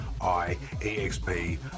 IEXP